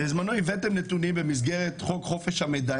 בזמנו הבאתם נתונים במסגרת חוק חופש המידע,